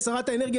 שרת האנרגיה,